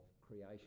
creation